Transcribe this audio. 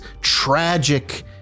tragic